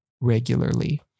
regularly